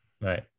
right